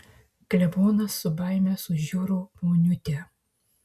klebonas su baime sužiuro poniutę